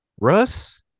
Russ